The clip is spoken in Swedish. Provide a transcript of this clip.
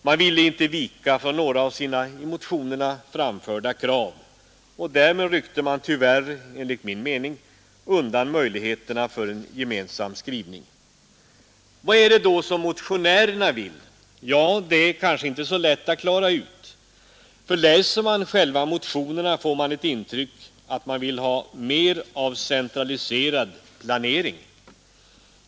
Man ville inte vika från några i motionerna framförda krav, och därmed ryckte man tyvärr, enligt min mening, undan förutsättningarna för en gemensam skrivning. Vad är det då som motionärerna vill? Ja, det kanske inte är så lätt att klara ut. Läser man motionerna får man ett intryck av att de vill ha mer av centraliserad planering.